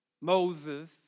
Moses